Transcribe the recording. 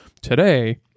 Today